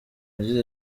yagize